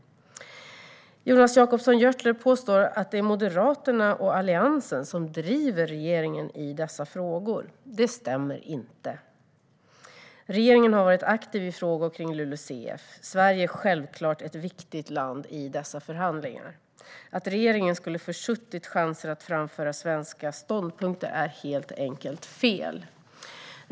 Jonas Jacobsson Gjörtler påstår att det är Moderaterna och Alliansen som driver regeringen i dessa frågor. Det stämmer inte. Regeringen har varit aktiv i frågor kring LULUCF. Sverige är självklart ett viktigt land i dessa förhandlingar. Att regeringen skulle försuttit chanser att framföra svenska ståndpunkter är helt enkelt fel.